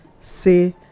say